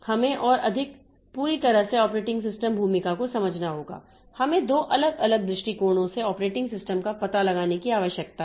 हमें और अधिक पूरी तरह से ऑपरेटिंग सिस्टम भूमिका को समझना होगा हमें 2 अलग अलग दृष्टिकोणों से ऑपरेटिंग सिस्टम का पता लगाने की आवश्यकता है